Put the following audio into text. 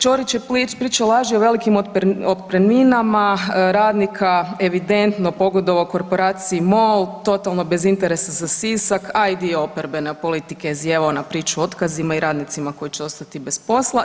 Ćorić je pričao laži o velikim otpremninama radnika, evidentno pogodovao korporaciji MOL totalno bez interesa za Sisak a i dio oporbene politike je zijevao na priču o otkazima i radnicima koji će ostati bez posla.